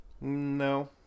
No